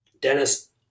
Dennis